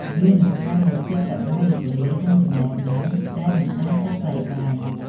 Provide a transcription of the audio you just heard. វានឹងផ្តល់នូវភាពសប្បាយរីករាយនិងចំណេះដឹងដែលមិនអាចកាត់ថ្លៃបាន។